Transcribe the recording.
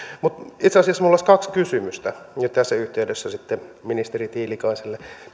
itse asiassa minulla olisi kaksi kysymystä tässä yhteydessä ministeri tiilikaiselle